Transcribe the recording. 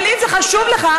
אבל אם זה חשוב לך,